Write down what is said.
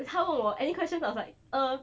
他问我 any questions I was like uh